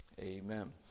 Amen